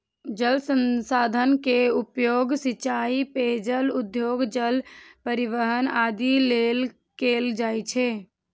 जल संसाधन के उपयोग सिंचाइ, पेयजल, उद्योग, जल परिवहन आदि लेल कैल जाइ छै